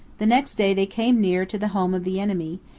the next day they came near to the home of the enemy,